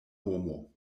homo